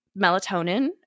melatonin